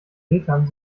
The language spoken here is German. metern